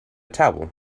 towel